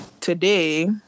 today